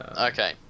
okay